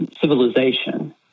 civilization